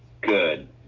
good